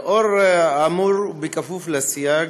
לאור האמור ובכפוף לסייג,